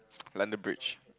London-Bridge